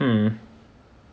mm